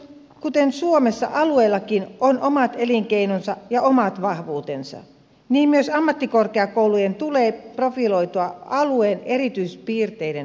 kuten suomessa alueillakin on omat elinkeinonsa ja omat vahvuutensa niin myös ammattikorkeakoulujen tulee profiloitua alueen erityispiirteiden mukaisesti